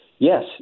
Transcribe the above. Yes